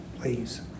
Please